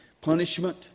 punishment